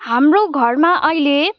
हाम्रो घरमा अहिले